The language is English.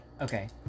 Okay